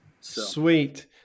Sweet